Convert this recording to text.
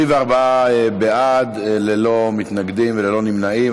24 בעד, ללא מתנגדים וללא נמנעים.